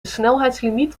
snelheidslimiet